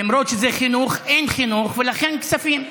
למרות שזה חינוך, אין חינוך ולכן כספים.